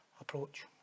approach